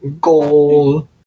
Goal